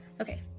Okay